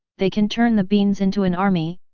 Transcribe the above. they can turn the beans into an army,